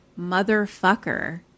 motherfucker